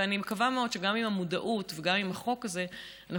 ואני מקווה מאוד שגם עם המודעות וגם עם החוק הזה אנחנו